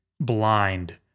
blind